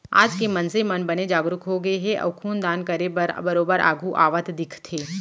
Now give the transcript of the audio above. आज के मनसे मन बने जागरूक होगे हे अउ खून दान करे बर बरोबर आघू आवत दिखथे